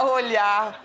olhar